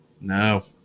No